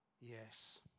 Yes